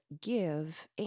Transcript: give